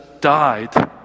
died